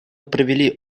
провели